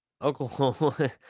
Oklahoma